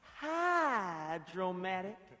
hydromatic